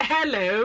Hello